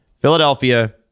Philadelphia